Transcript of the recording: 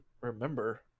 remember